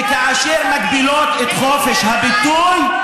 וכאשר הן מגבילות את חופש הביטוי,